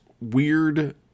weird